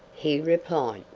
he replied.